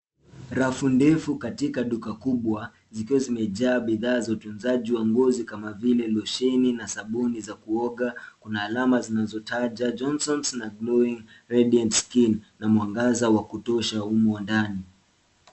Rafu ndefu katika duka kubwa zikiwa zimejaa bidhaa za utunzaji wa ngozi kama vile losheni na sabuni za kuoga kuna alama zinazotaja johnsons na glowing radiant skin na mwangaza wa kutosha umo ndani.